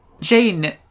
Jane